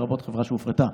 לרבות חברה שהופרטה.